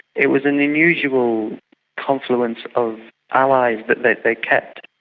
it was an unusual confluence of allies that they they kept.